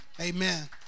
Amen